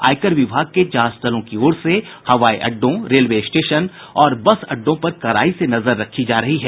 आयकर विभाग के जांच दलों की ओर से हवाई अड्डों रेलवे स्टेशन और बस अड्डों पर कड़ाई से नजर रखी जा रही है